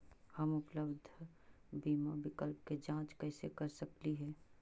हम उपलब्ध बीमा विकल्प के जांच कैसे कर सकली हे?